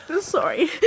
Sorry